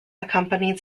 accompanied